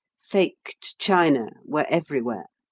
faked china were everywhere.